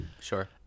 Sure